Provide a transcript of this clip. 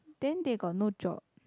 then they got no job